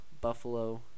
buffalo